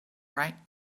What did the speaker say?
right